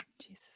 Jesus